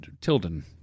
Tilden